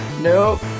nope